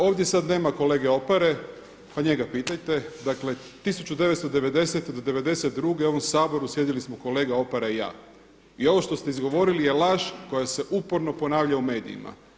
Ovdje sada nema kolege Opare pa njega pitajte, dakle 1990. do '92. u ovom Saboru sjedili samo kolega Opara i ja i ovo što ste izgovorili je laž koja se uporno ponavlja u medijima.